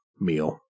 meal